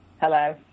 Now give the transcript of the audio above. Hello